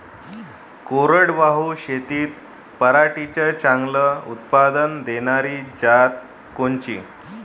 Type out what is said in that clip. कोरडवाहू शेतीत पराटीचं चांगलं उत्पादन देनारी जात कोनची?